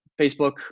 Facebook